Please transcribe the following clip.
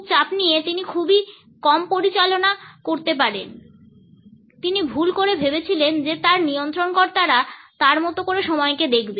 খুব চাপ নিয়ে তিনি খুব কমই পরিচালনা করতে পারেন তিনি ভুল করে ভেবেছিলেন যে তার নিয়ন্ত্রণকর্তারা তার মতো করে সময়কে দেখবে